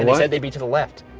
and said they'd be to the left.